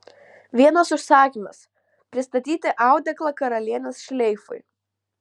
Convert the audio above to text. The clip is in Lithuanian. vienas užsakymas pristatyti audeklą karalienės šleifui